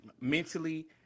mentally